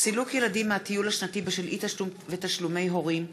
סילוק ילדים מהטיול השנתי בשל אי-תשלום תשלומי הורים,